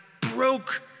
broke